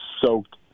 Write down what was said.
soaked